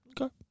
Okay